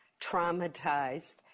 traumatized